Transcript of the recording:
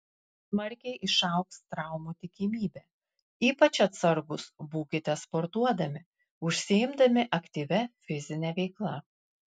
smarkiai išaugs traumų tikimybė ypač atsargūs būkite sportuodami užsiimdami aktyvia fizine veikla